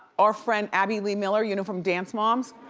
our friend abby lee miller, you know from dance moms?